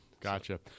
Gotcha